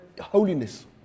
holiness